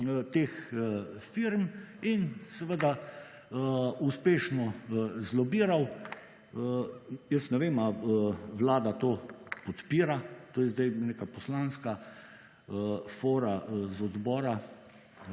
teh firm in seveda uspešno zlobiral. Jaz ne vem, a vlada to podpira, to je zdaj neka poslanska fora z odbora,